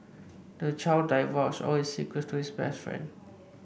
the child divulged all his secrets to his best friend